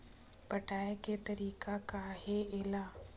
पटाय के तरीका का हे एला?